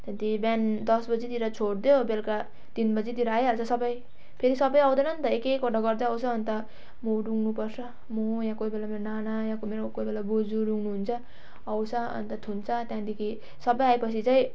त्यहाँदेखि बिहान दस बजीतिर छोडिदियो बेलुका तिन बजीतिर आइहाल्छ सबै फेरि सबै आउँदैनन् त एक एकवटा गर्दै आउँछ अन्त म रुङ्नु पर्छ म यहाँ कोही बेला मेरो नाना वा कुनै कोही बेला बोजूहरू हुनु हुन्छ आउँछ अन्त थुन्छ त्यहाँदेखि सबै आए पछि चाहिँ